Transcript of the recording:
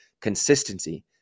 Consistency